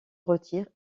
retire